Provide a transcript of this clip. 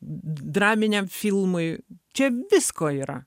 draminiam filmui čia visko yra